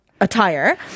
attire